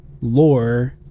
lore